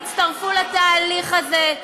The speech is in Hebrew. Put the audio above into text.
תצטרפו לתהליך הזה,